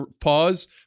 pause